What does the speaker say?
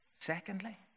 Secondly